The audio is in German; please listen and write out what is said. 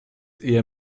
eher